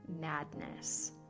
madness